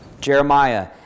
Jeremiah